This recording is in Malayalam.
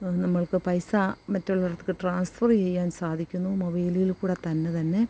നമ്മൾക്ക് പൈസ മറ്റുള്ളവർക്ക് ട്രാൻസ്ഫർ ചെയ്യാൻ സാധിക്കുന്നു മൊബൈലിൽ കൂടെ തന്നെ തന്നെ